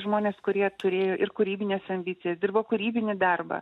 žmonės kurie turėjo ir kūrybines ambicijas dirbo kūrybinį darbą